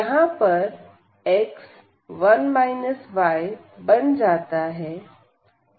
यहां पर x 1 y बन जाता है